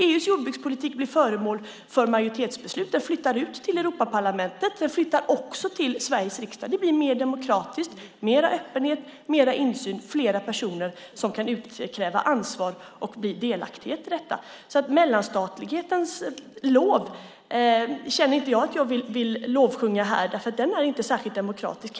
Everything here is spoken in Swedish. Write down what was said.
EU:s jordbrukspolitik blir föremål för majoritetsbeslut. Den flyttar ut till Europaparlamentet, och den flyttar också till Sveriges riksdag. Det blir mer demokratiskt, mer öppenhet, mer insyn och fler personer som kan utkräva ansvar och bli delaktiga i detta. Mellanstatlighetens lov vill inte jag sjunga här, därför att den är inte särskilt demokratisk.